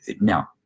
Now